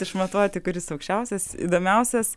išmatuoti kuris aukščiausias įdomiausias